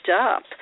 up